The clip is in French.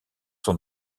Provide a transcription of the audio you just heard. sont